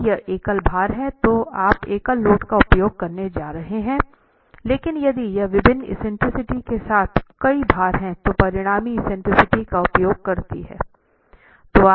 यदि यह एकल भार हैं तो आप एकल लोड का उपयोग करने जा रहे हैं लेकिन यदि यह विभिन्न एक्सेंट्रिसिटी के साथ कई भार है तो परिणामी एक्सेंट्रिसिटी का उपयोग करती हैं